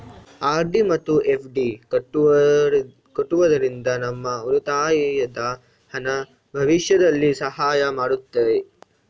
RD ಮತ್ತು FD ಕಟ್ಟುವುದರಿಂದ ನಮ್ಮ ಉಳಿತಾಯದ ಹಣ ಭವಿಷ್ಯದಲ್ಲಿ ಸಹಾಯ ಮಾಡುತ್ತೆ